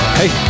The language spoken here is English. hey